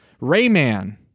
Rayman